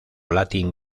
latin